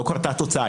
לא קרתה התוצאה.